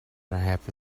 happy